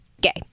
gay